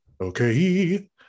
Okay